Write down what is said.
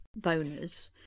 boners